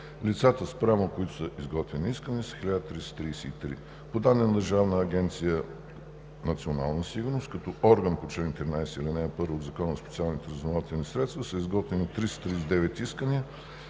Лицата, спрямо които са изготвени искания, са 1333. По данни на Държавна агенция „Национална сигурност“ като орган по чл. 13, ал. 1 от Закона за специалните разузнавателни средства са изготвени 339 искания